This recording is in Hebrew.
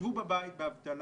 שבו בבית באבטלה.